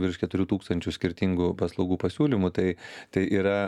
virš keturių tūkstančių skirtingų paslaugų pasiūlymų tai tai yra